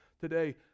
Today